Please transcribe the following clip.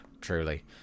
truly